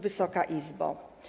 Wysoka Izbo!